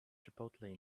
chipotle